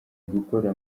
gukora